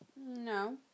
no